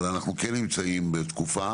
אבל אנחנו כן נמצאים בתקופה,